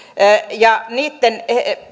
ja niitten